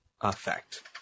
effect